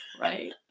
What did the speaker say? right